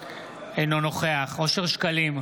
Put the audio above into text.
אינו נוכח אושר שקלים,